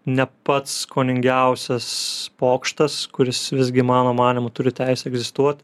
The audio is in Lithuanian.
ne pats skoningiausias pokštas kuris visgi mano manymu turi teisę egzistuot